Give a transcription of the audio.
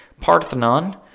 Parthenon